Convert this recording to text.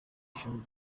ijuru